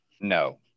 No